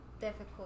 difficult